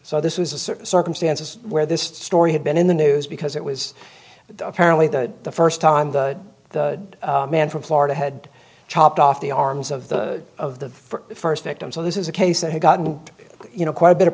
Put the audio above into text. so this was a certain circumstances where this story had been in the news because it was apparently the first time the man from florida head chopped off the arms of the of the first victim so this is a case that had gotten you know quite a bit of